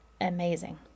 amazing